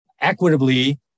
equitably